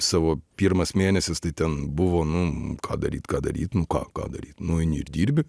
savo pirmas mėnesis tai ten buvo nu ką daryt ką daryt nu ką ką daryt nu eini ir dirbi